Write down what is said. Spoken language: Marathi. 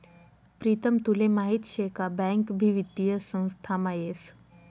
प्रीतम तुले माहीत शे का बँक भी वित्तीय संस्थामा येस